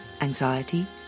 anxiety